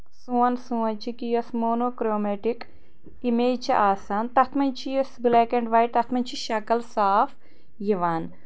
سون سونچ چھ کہِ یۄس مانوکریمیٚٹک اِمیج چھ آسان تَتھ منٛز چھُ یُس بِلیک وایٹ تَتھ منٛز چھِ شکل صاف یِوان